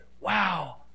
wow